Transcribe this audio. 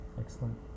Excellent